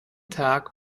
tag